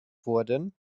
wurden